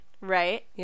right